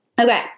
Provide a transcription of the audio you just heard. Okay